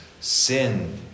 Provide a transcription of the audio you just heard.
Sin